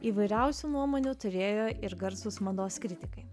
įvairiausių nuomonių turėjo ir garsūs mados kritikai